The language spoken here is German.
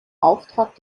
auftrag